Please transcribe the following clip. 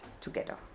together